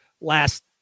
last